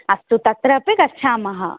अस्तु तत्रापि गच्छामः